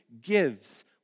gives